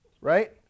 right